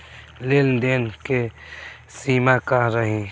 लेन देन के सिमा का रही?